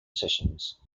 sessions